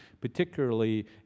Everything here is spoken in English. particularly